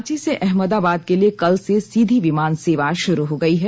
रांची से अहमदाबाद के लिए कल से सीधी विमान सेवा शुरू हो गयी है